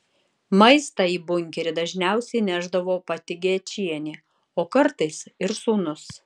maistą į bunkerį dažniausiai nešdavo pati gečienė o kartais ir sūnus